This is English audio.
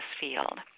field